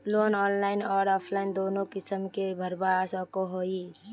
Loan online आर offline दोनों किसम के भरवा सकोहो ही?